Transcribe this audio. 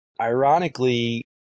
ironically